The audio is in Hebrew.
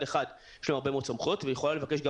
אחד יש לה הרבה מאוד סמכויות והיא יכולה לבקש גם